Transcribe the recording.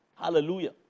Hallelujah